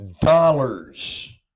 dollars